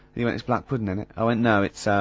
he went, it's black puddin', innit? i went, no, it's ah, ah,